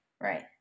right